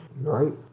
Right